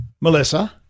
Melissa